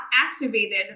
activated